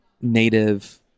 native